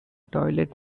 toilet